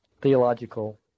theological